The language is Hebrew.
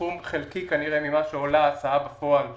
בסכום חלקי ממה שעולה הסעה בפועל לרשות.